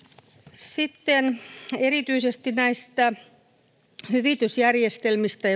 sitten erityisesti näistä hyvitysjärjestelmistä